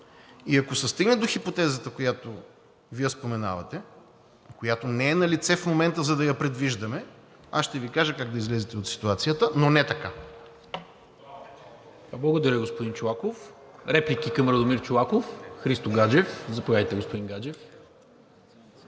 и ако се стигне до хипотезата, която Вие споменавате, която не е налице в момента, за да я предвиждаме, аз ще Ви кажа как да излезете от ситуацията, но не така. ПРЕДСЕДАТЕЛ НИКОЛА МИНЧЕВ: Благодаря, господин Чолаков. Реплики към Радомир Чолаков? Заповядайте, господин Гаджев.